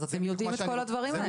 אז אתם יודעים את כל הדברים האלה.